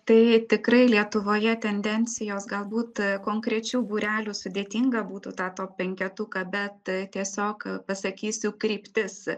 tai tikrai lietuvoje tendencijos galbūt konkrečių būrelių sudėtinga būtų tą top penketuką bet tiesiog pasakysiu kryptis